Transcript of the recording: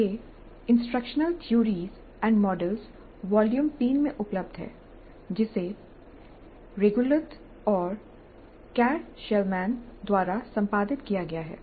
यह instructional theories and models volume III Instructional Theories and Models Volume III में उपलब्ध है जिसे रीगेलुथ और Carr Chellman Reigeluth and Carr Chellman द्वारा संपादित किया गया है